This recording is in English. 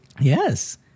Yes